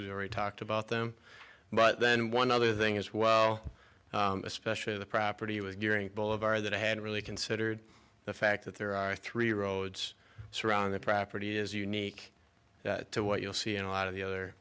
we've already talked about them but then one other thing as well especially the property was during all of our that i had really considered the fact that there are three roads surrounding that property is unique to what you'll see in a lot of the other